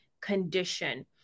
condition